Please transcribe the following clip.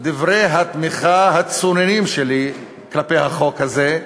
דברי התמיכה הצוננים שלי כלפי החוק הזה,